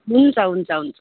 हुन्छ हुन्छ हुन्छ